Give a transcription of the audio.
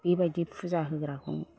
बेबायदि फुजा होग्राखौ